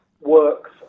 works